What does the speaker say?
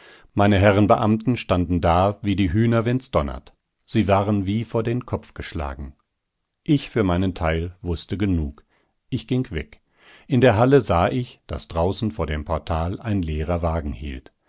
meine herren beamten standen da wie die hühner wenn's donnert sie waren wie vor den kopf geschlagen ich für meinen teil wußte genug ich ging weg in der halle sah ich daß draußen vor dem portal ein leerer wagen hielt